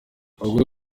abagore